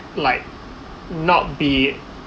like not be